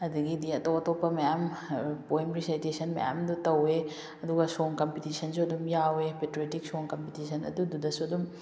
ꯑꯗꯒꯤꯗꯤ ꯑꯇꯣꯞ ꯑꯇꯣꯞꯄ ꯃꯌꯥꯝ ꯄꯣꯏꯝ ꯔꯤꯁꯥꯏꯇꯦꯁꯟ ꯃꯌꯥꯝꯗꯨ ꯇꯧꯋꯦ ꯑꯗꯨꯒ ꯁꯣꯡ ꯀꯝꯄꯤꯇꯤꯁꯟꯁꯨ ꯑꯗꯨꯝ ꯌꯥꯎꯋꯦ ꯄꯦꯇ꯭ꯔꯣꯏꯇꯤꯛ ꯁꯣꯡ ꯀꯝꯄꯤꯇꯤꯁꯟ ꯑꯗꯨꯗꯨꯗꯁꯨ ꯑꯗꯨꯝ